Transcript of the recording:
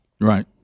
Right